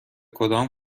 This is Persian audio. کدام